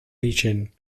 region